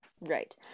Right